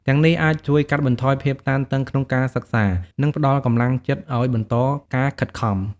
ទាំងនេះអាចជួយកាត់បន្ថយភាពតានតឹងក្នុងការសិក្សា និងផ្តល់កម្លាំងចិត្តឱ្យបន្តការខិតខំ។